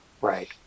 Right